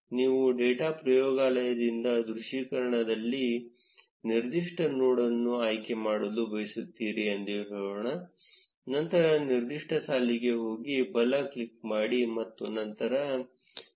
ನೀವು ಡೇಟಾ ಪ್ರಯೋಗಾಲಯದಿಂದ ದೃಶ್ಯೀಕರಣದಲ್ಲಿ ನಿರ್ದಿಷ್ಟ ನೋಡ್ಅನ್ನು ಆಯ್ಕೆ ಮಾಡಲು ಬಯಸುತ್ತೀರಿ ಎಂದು ಹೇಳೋಣ ನಂತರ ನಿರ್ದಿಷ್ಟ ಸಾಲಿಗೆ ಹೋಗಿ ಬಲ ಕ್ಲಿಕ್ ಮಾಡಿ ಮತ್ತು ನಂತರ ಅವಲೋಕನದಲ್ಲಿ ಆಯ್ಕೆಮಾಡಿ